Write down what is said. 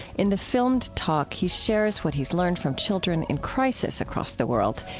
in the filmed talk, he shares what he's learned from children in crisis across the world,